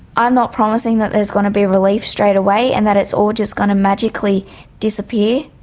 i'm not promising that there is going to be relief straight away and that it's all just going to magically disappear,